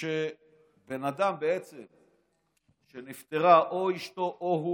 שבן אדם שנפטרה אשתו או הוא,